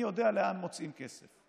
אני יודע למה מוצאים כסף,